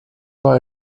war